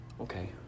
Okay